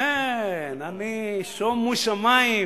שומו שמים,